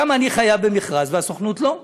למה אני חייב במכרז והסוכנות לא?